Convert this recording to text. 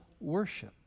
worship